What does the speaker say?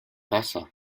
pasa